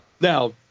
Now